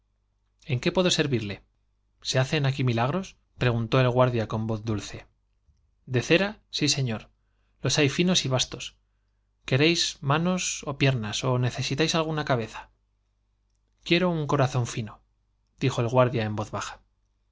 en servirle qué puedo servirle se hacen el aquí milagros preguntó guardia con voz dulce de cera sí señor los hay finos y bastos que réis manos ó piernas ó necesitáis una cabeza quiero un corazón fino dijo el guardia en voz baja